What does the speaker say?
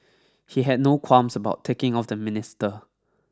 he had no qualms about ticking off the minister